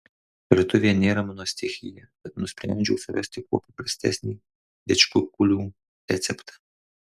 virtuvė nėra mano stichija tad nusprendžiau surasti kuo paprastesnį didžkukulių receptą